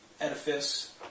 edifice